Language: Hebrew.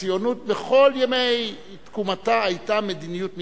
הציונות בכל ימי תקומתה היתה מדיניות מתנחלת.